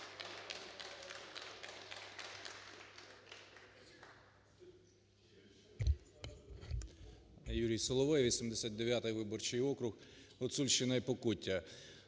Юрій Соловей, 89 виборчий округ, Гуцульщина і Покуття.